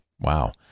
Wow